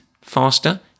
faster